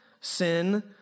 sin